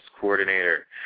Coordinator